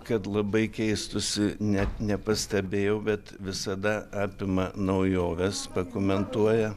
kad labai keistųsi net nepastebėjau bet visada apima naujoves pakomentuoja